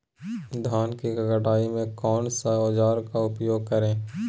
धान की कटाई में कौन सा औजार का उपयोग करे?